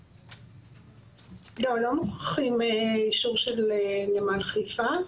לא, לא מוכרחים אישור של נמל חיפה.